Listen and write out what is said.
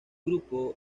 grupo